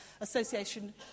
association